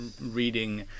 reading